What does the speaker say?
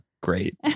great